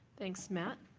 thanks, matt.